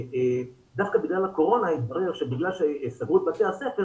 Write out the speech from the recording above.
דווקא בגלל הקורונה התברר שבגלל שסגרו את בתי הספר,